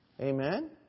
Amen